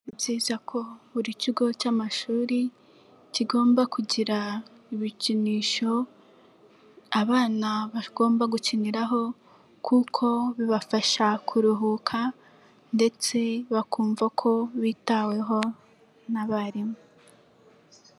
Ni byiza ko buri kigo cy'amashuri kigomba kugira ibikinisho abana bagomba gukiniraho, kuko bibafasha kuruhuka ndetse bakumva ko bitaweho n'abarimu.